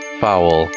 foul